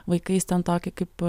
vaikais ten tokį kaip